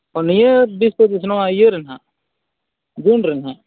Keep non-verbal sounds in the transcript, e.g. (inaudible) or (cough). ᱱᱤᱭᱟᱹ (unintelligible) ᱤᱭᱟᱹᱨᱮᱱ ᱦᱟᱸᱜ ᱡᱩᱱᱨᱮᱱᱦᱟᱜ